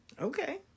Okay